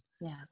Yes